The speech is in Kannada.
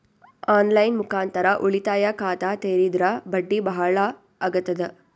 ಆನ್ ಲೈನ್ ಮುಖಾಂತರ ಉಳಿತಾಯ ಖಾತ ತೇರಿದ್ರ ಬಡ್ಡಿ ಬಹಳ ಅಗತದ?